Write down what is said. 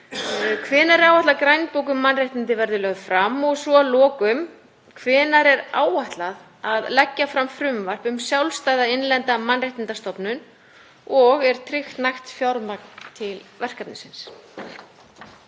Hvenær er áætlað að grænbók um mannréttindi verði lögð fram? Og að lokum: Hvenær er áætlað að leggja fram frumvarp um sjálfstæða innlenda mannréttindastofnun og er tryggt nægt fjármagn til verkefnisins?